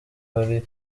hari